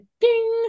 ding